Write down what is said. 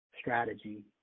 strategy